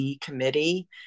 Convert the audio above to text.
committee